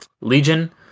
Legion